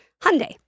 Hyundai